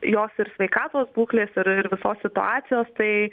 jos ir sveikatos būklės ir ir visos situacijos tai